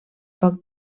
poc